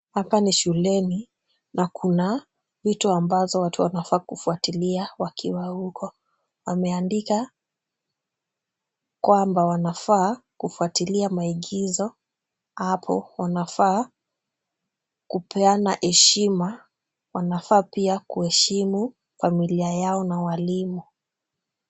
Hapa ni shuleni na kuna vitu ambazo watu wanafaa kufuatilia wakiwa huko. Wameandika kwamba wanafaa kufuatilia maagizo hapo. Wanafaa kupeana heshima. Wanafaa pia kuheshimu familia yao na walimu.